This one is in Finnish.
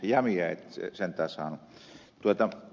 jämiä et sentään saanut